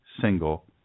single